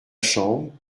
chambre